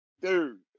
dude